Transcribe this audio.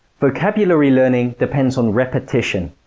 vocabulary learning depends on repetition,